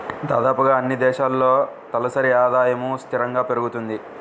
దాదాపుగా అన్నీ దేశాల్లో తలసరి ఆదాయము స్థిరంగా పెరుగుతుంది